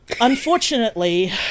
unfortunately